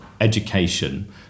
education